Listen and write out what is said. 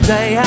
Day